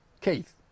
Keith